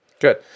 Good